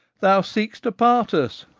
thou seek'st to part us,